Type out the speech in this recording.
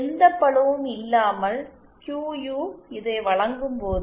எந்த பளுவும் இல்லாமல் QU இதை வழங்கும்போது